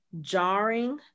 jarring